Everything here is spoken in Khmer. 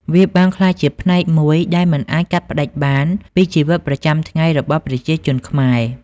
វាបានក្លាយជាផ្នែកមួយដែលមិនអាចកាត់ផ្តាច់បានពីជីវិតប្រចាំថ្ងៃរបស់ប្រជាជនខ្មែរ។